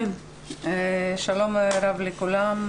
שלום רב לכולם.